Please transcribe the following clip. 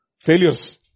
failures